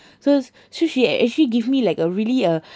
so so she ac~ actually give me like a really uh